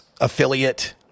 affiliate